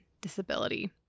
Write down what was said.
disability